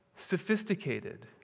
sophisticated